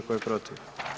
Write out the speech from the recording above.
Tko je protiv?